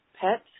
pets